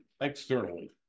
externally